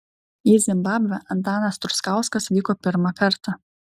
į zimbabvę antanas truskauskas vyko pirmą kartą